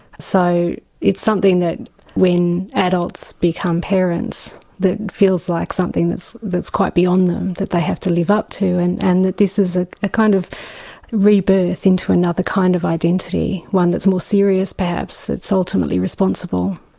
so it's something that when adults become parents, that feels like something that's that's quite beyond them, that they have to live up to, and and that this is a ah kind of re-birth into another kind of identity, one that's more serious perhaps, that's ultimately responsible.